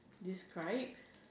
describe